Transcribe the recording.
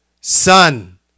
Son